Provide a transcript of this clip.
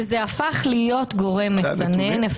וזה הפך להיות גורם מצנן,